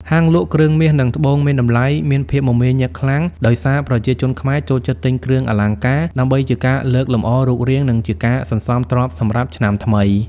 ហាងលក់គ្រឿងមាស និងត្បូងមានតម្លៃមានភាពមមាញឹកខ្លាំង ដោយសារប្រជាជនខ្មែរចូលចិត្តទិញគ្រឿងអលង្ការដើម្បីជាការលើកលម្អរូបរាង និងជាការសន្សំទ្រព្យសម្រាប់ឆ្នាំថ្មី។